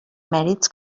mèrits